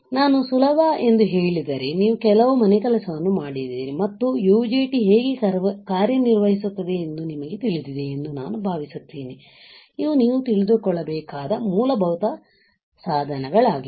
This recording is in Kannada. ನಾನು ಸುಲಭ ಎಂದು ಹೇಳಿದರೆ ನೀವು ಕೆಲವು ಮನೆಕೆಲಸವನ್ನು ಮಾಡಿದ್ದೀರಿ ಮತ್ತು UJT ಹೇಗೆ ಕಾರ್ಯನಿರ್ವಹಿಸುತ್ತದೆ ಎಂದು ನಿಮಗೆ ತಿಳಿದಿದೆ ಎಂದು ನಾನು ಭಾವಿಸುತ್ತೇನೆ ಇವು ನೀವು ತಿಳಿದುಕೊಳ್ಳಬೇಕಾದ ಮೂಲಭೂತ ಸಾಧನಗಳಾಗಿವೆ